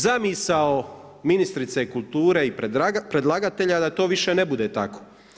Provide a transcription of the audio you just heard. Zamisao ministrice kulture i predlagatelja da to više ne bude tako.